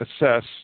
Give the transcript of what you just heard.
assess